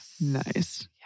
Nice